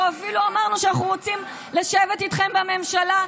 אנחנו אפילו אמרנו שאנחנו רוצים לשבת איתכם בממשלה.